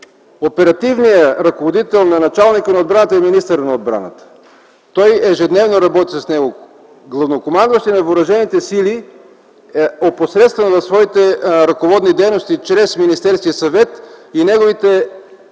Оперативният ръководител на началника на отбраната е министърът на отбраната. Той ежедневно работи с него. Главнокомандващият на въоръжените сили е опосредстван в своите ръководни дейности чрез Министерския съвет и неговите